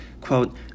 Quote